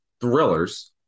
thrillers